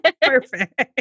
Perfect